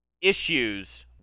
issues